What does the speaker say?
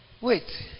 wait